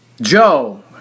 Joe